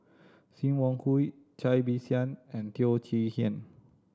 Sim Wong Hoo Cai Bixia and Teo Chee Hean